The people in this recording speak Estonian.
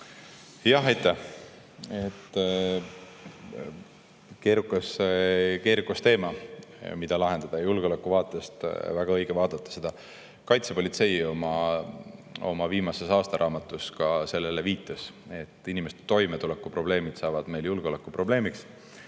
Keerukas, keerukas teema, mida lahendada. Julgeoleku vaatest on seda väga õige vaadata. Kaitsepolitsei oma viimases aastaraamatus ka sellele viitas, et inimeste toimetulekuprobleemid saavad meil julgeolekuprobleemiks,